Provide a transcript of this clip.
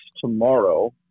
tomorrow